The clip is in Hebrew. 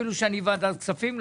אפילו שאני ועדת כספים,